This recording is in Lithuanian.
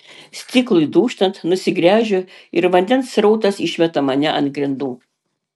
stiklui dūžtant nusigręžiu ir vandens srautas išmeta mane ant grindų